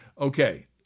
Okay